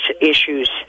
issues